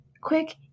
quick